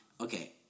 okay